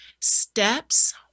steps